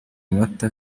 amata